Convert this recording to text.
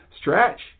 stretch